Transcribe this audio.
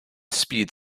speed